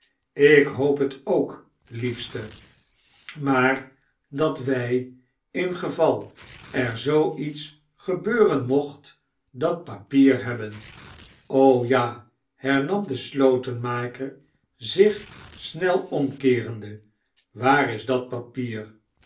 ik hoop het ook liefste maar dat wij in geval er zoo iets gebeuren mocht daj papier hebben ja hernam de slotenmaker zich snel omjkeerende waar is dat papier